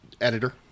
Editor